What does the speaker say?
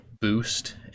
boost